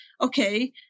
okay